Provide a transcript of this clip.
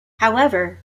however